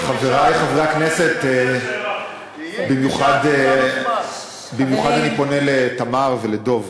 חברי חברי הכנסת, במיוחד אני פונה לתמר ולדב,